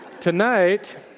Tonight